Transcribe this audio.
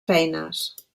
feines